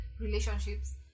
relationships